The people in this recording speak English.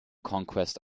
conquest